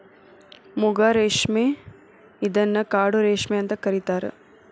ಮೂಗಾ ರೇಶ್ಮೆ ಇದನ್ನ ಕಾಡು ರೇಶ್ಮೆ ಅಂತ ಕರಿತಾರಾ